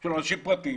של אנשים פרטיים